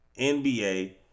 NBA